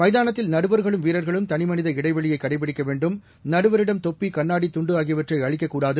மைதானத்தில் நடுவர்களும் வீரர்களும் தனிமனித இடைவெளியைகடைப்பிடிக்கவேண்டும் நடுவரிடம் தொப்பிகண்ணாடி துண்டுஆகியவற்றைஅளிக்கக்கூடாது